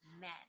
men